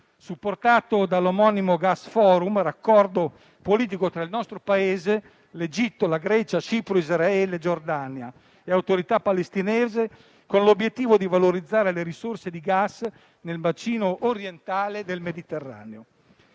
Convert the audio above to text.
supportato dall'omonimo Gas Forum, raccordo politico tra il nostro Paese, l'Egitto, la Grecia, Cipro, Israele, Giordania e Autorità palestinese, con l'obiettivo di valorizzare le risorse di gas nel bacino orientale del Mediterraneo.